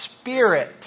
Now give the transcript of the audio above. Spirit